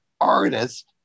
artist